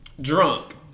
drunk